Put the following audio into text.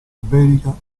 iberica